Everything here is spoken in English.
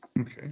Okay